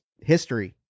history